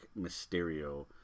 Mysterio